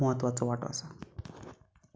खूब महत्वाचो वांटो आसा